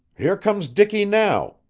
here comes dicky, now,